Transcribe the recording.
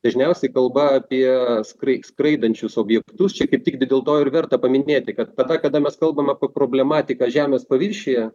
dažniausiai kalba apie skrai skraidančius objektus čia kaip tik tik dėl to ir verta paminėti kad tada kada mes kalbam apie problematiką žemės paviršiuje